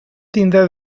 tindrà